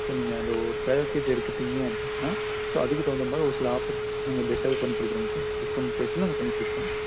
so நீங்கள் அந்த ஒரு பேக்கேஜ் எடுத்துட்டிங்க அப்படின்னா ஸோ அதற்கு தகுந்தமாதிரி ஒரு சில ஆஃபர்ஸ் நாங்கள் பெஸ்ட்டாகவே பண்ணிக்கொடுக்குறோங்க சார் டிஸ்கவுண்ட் ப்ரைஸில் நாங்கள் பண்ணிக்கொடுக்குறோம்